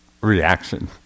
reaction